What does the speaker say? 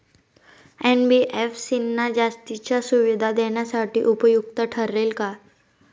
NBFC ना जास्तीच्या सुविधा देण्यासाठी उपयुक्त ठरेल का?